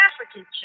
African